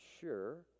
sure